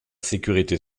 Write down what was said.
sécurité